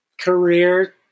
career